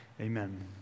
Amen